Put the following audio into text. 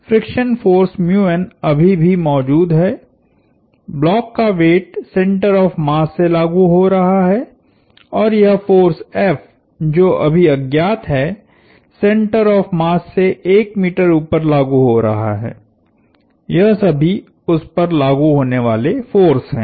friction force अभी भी मौजूद है ब्लॉक का वेट सेंटर ऑफ़ मास से लागु हो रहा है और यह फोर्स F जो अभी अज्ञात है सेंटर ऑफ़ मास से 1m ऊपर लागु हो रहा है यह सभी उस पर लागु होने वाले फोर्स हैं